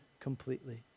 completely